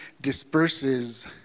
disperses